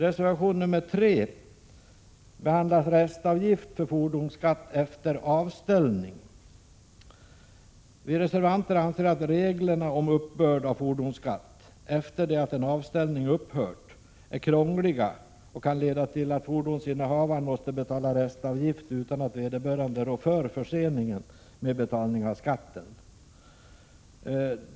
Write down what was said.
Reservation 3 handlar om restavgift för fordonsskatt efter avställning. Vi reservanter anser att reglerna om uppbörd av fordonsskatt efter det att en avställning upphört är krångliga och kan leda till att fordonsinnehavaren måste betala restavgift, utan att vederbörande rår för förseningen med betalning av skatt.